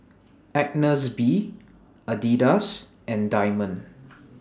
Agnes B Adidas and Diamond